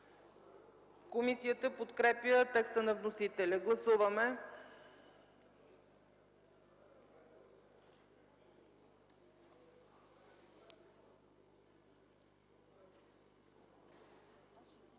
комисията подкрепя текста на вносителя. Гласували